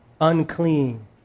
unclean